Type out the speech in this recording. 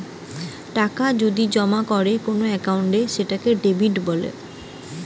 টাকা যদি জমা করে কোন একাউন্টে সেটাকে ডেবিট বলে